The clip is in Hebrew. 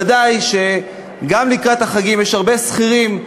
ודאי שגם לקראת החגים יש הרבה שכירים,